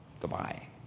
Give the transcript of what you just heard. Goodbye